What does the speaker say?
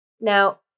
Now